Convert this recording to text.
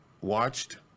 watched